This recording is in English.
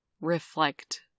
reflect